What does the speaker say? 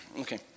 okay